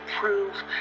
prove